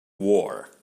war